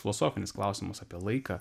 filosofinius klausimus apie laiką